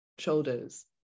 shoulders